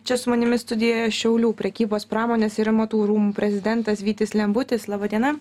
čia su manimi studijoje šiaulių prekybos pramonės ir amatų rūmų prezidentas vytis lembutis laba diena